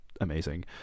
amazing